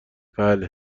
بله